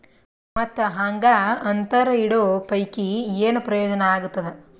ಮತ್ತ್ ಹಾಂಗಾ ಅಂತರ ಇಡೋ ಪೈಕಿ, ಏನ್ ಪ್ರಯೋಜನ ಆಗ್ತಾದ?